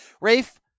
Rafe